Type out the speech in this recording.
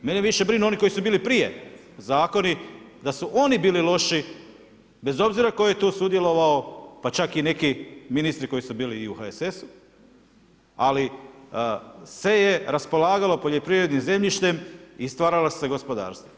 Mene više brinu oni koji su bili prije zakoni da su oni bili loši bez obzira tko je tu sudjelovao, pa čak i neki ministri koji su bili i u HSS-u, ali se je raspolagalo poljoprivrednim zemljištem i stvarala su se gospodarstva.